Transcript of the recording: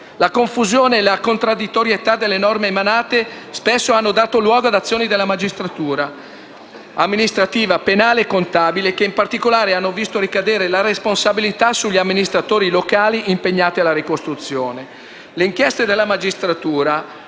La confusione e la contraddittorietà delle norme emanate spesso hanno dato luogo ad azioni della magistratura amministrativa, penale e contabile che, in particolare, hanno visto ricadere la responsabilità sugli amministratori locali impegnati nella ricostruzione. Le inchieste della magistratura